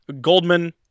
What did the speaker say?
Goldman